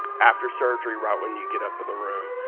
after surgery right when you get up in the room.